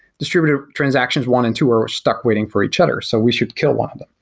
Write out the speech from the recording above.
distributed transactions one and two are stuck waiting for each other. so we should kill one of them.